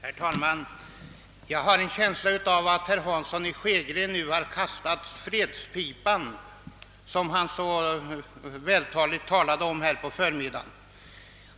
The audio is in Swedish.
Herr talman! Jag har en känsla av att herr Hansson i Skegrie nu har kastat bort den fredspipa som han så vältaligt ordade om på förmiddagen.